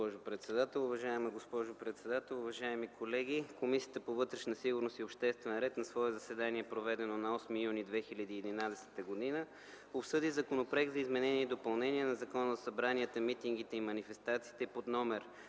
Уважаема госпожо председател, уважаеми колеги! „Комисията по вътрешна сигурност и обществен ред на свое заседание, проведено на 8 юни 2011 г. обсъди Законопроекта за изменение и допълнение на Закона за събранията, митингите и манифестациите под №